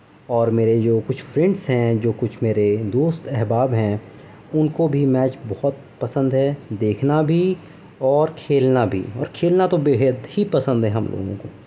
اور میرے جو کچھ فرینڈس ہیں جو کچھ میرے دوست احباب ہیں ان کو بھی میچ بہت پسند ہے دیکھنا بھی اور کھیلنا بھی اور کھیلنا تو بےحد ہی پسند ہے ہم لوگوں کو